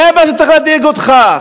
זה מה שצריך להדאיג אותך,